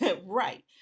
Right